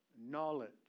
Knowledge